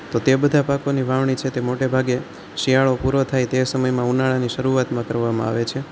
તો તે બધાં પાકોની વાવણી છે તે મોટે ભાગે શિયાળો પૂરો થાય તે સમયમાં ઉનાળાની શરૂઆતમાં કરવામાં આવે છે